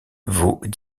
vaut